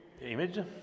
image